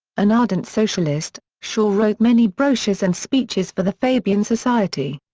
an ardent socialist, shaw wrote many brochures and speeches for the fabian society.